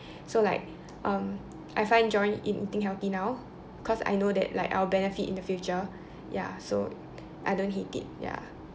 so like um I find joy in eating healthy now cause I know that like I'll benefit in the future ya so I don't hate it ya